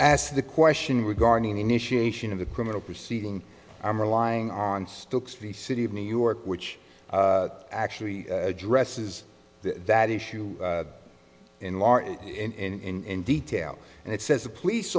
asked the question regarding initiation of the criminal proceeding i'm relying on stokes v city of new york which actually addresses that issue in large in detail and it says a police